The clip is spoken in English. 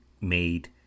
made